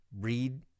Read